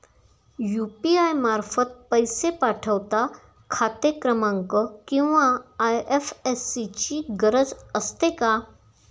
UPI मार्फत पैसे पाठवता खाते क्रमांक किंवा आय.एफ.एस.सी ची गरज असते का?